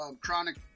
Chronic